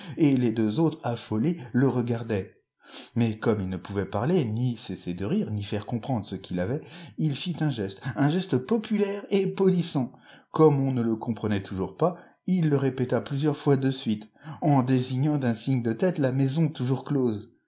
et les deux autres affolés le regardaient mais comme il ne pouvait parler ni cesser de rire ni faire comprendre ce qu'il avait il fit un geste un geste populaire et polisson comme on ne le comprenait toujours pas il le répéta plusieurs fois de suite en désignant d'un signe de tête la maison toujours close